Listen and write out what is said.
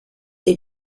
des